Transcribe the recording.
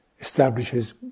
establishes